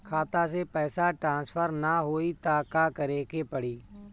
खाता से पैसा टॉसफर ना होई त का करे के पड़ी?